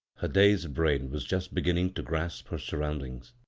her dazed brain was just beginning to grasp her surroundings.